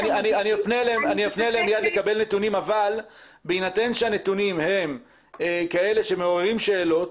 אני אפנה אליהם ואבקש מהם נתונים אבל בהינתן שהנתונים מעוררים שאלות,